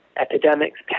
epidemics